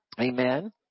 Amen